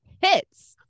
hits